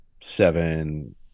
seven